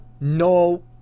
no